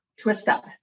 twist-up